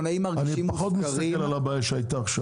אני פחות מסתכל על הבעיה שהייתה עכשיו.